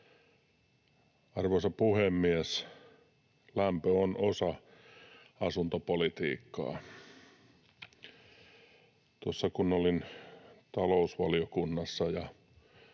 Arvoisa puhemies! Lämpö on osa asuntopolitiikkaa. Tuossa kun olin talousvaliokunnassa